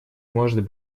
может